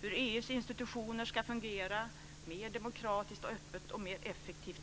Det gäller hur EU:s institutioner ska fungera och om det ska bli mer demokratiskt och öppet och mer effektivt.